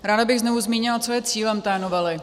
Ráda bych znovu zmínila, co je cílem té novely.